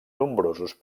nombrosos